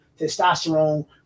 testosterone